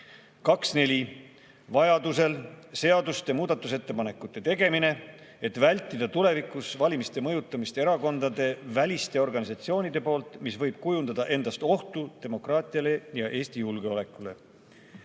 2.4. vajadusel seaduste muudatusettepanekute tegemine, et vältida tulevikus valimiste mõjutamist erakondade väliste organisatsioonide poolt, mis võib kujutada endast ohtu demokraatiale ja Eesti julgeolekule.3.